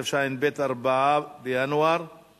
6, נגד ונמנעים, אין.